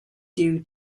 due